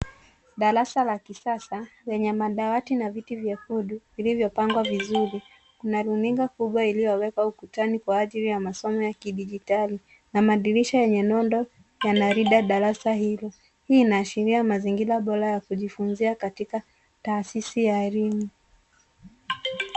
Darasa la kisasa lenye madawati na viti vyekundu vilivyopangwa vizuri. Kuna runinga kubwa iliyowekwa ukutani kwa ajili ya masomo ya kidijitali na madirisha yenye nondo yanalinda darasa hili. Hii inaashiria mazingira bora ya kujifunzia katika taasisi ya elimu.